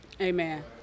Amen